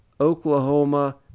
Oklahoma